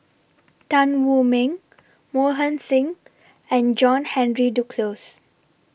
Tan Wu Meng Mohan Singh and John Henry Duclos